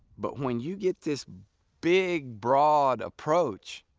but when you get this big, broad approach,